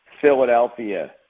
Philadelphia